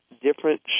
different